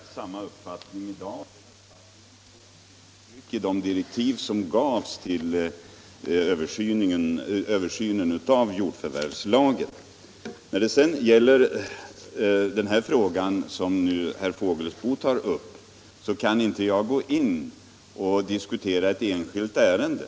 Fru talman! Jag har exakt samma uppfattning i dag. Den uppfattningen tog sig uttryck i de direktiv som gavs vid översynen av jordförvärvslagen. När det sedan gäller frågan som herr Fågelsbo tar upp vill jag framhålla att jag inte kan gå in och diskutera ett enskilt ärende.